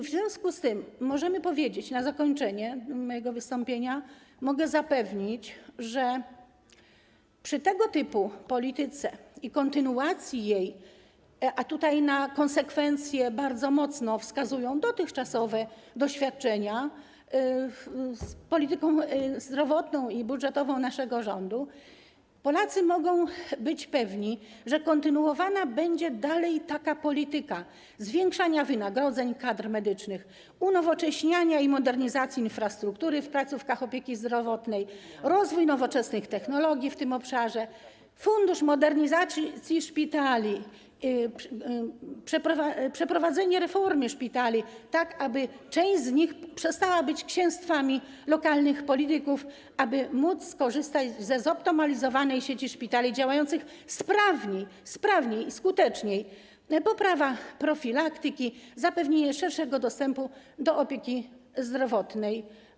W związku z tym na zakończenie mojego wystąpienia mogę zapewnić, jeżeli chodzi o tego typu politykę i jej kontynuację, a na konsekwencje bardzo mocno wskazują dotychczasowe doświadczenia z polityką zdrowotną i budżetową naszego rządu, że Polacy mogą być pewni, że kontynuowana będzie polityka zwiększania wynagrodzeń kadr medycznych, unowocześniania i modernizacji infrastruktury w placówkach opieki zdrowotnej, rozwoju nowoczesnych technologii w tym obszarze, chodzi o Fundusz Modernizacji Szpitali, przeprowadzenia reformy szpitali, tak aby część z nich przestała być księstwami lokalnych polityków, aby móc skorzystać ze zoptymalizowanej sieci szpitali działających sprawniej i skuteczniej, poprawy profilaktyki i zapewnienia szerszego dostępu do opieki zdrowotnej.